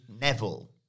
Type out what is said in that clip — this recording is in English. Neville